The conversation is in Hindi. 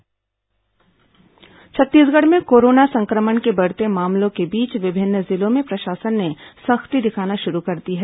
कोरोना टीकाकरण छत्तीसगढ़ में कोरोना संक्रमण के बढ़ते मामलों के बीच विभिन्न जिलों में प्रशासन ने सख्ती दिखानी शुरू कर दी है